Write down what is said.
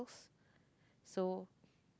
so